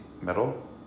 metal